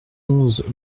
onze